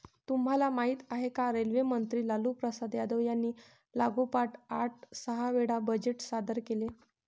तुम्हाला माहिती आहे का? रेल्वे मंत्री लालूप्रसाद यादव यांनी लागोपाठ आठ सहा वेळा बजेट सादर केले